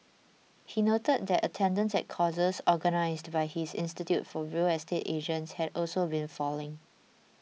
he noted that attendance at courses organised by his institute for real estate agents had also been falling